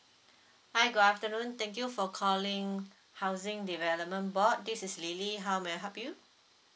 hi good afternoon thank you for calling housing development board this is lily how may I help you